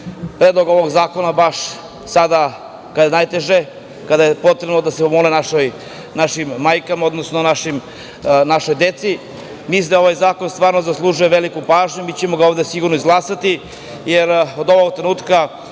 Predlog ovog zakona donet baš sada kad je najteže, kada je potrebno da se pomogne našim majkama, odnosno našoj deci. Mislim da ovaj zakon zaslužuje veliku pažnju i mi ćemo ga ovde sigurno izglasati, jer od ovog trenutka